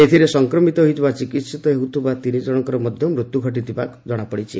ଏଥିରେ ସଂକ୍ରମିତ ହୋଇ ଚିକିିିିିତ ହେଉଥିବା ତିନି ଜଶଙ୍କର ମଧ୍ୟ ମୃତ୍ୟୁ ଘଟିଥିବା ମଧ୍ୟ ଜଣାପଡ଼ିଛି